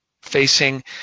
facing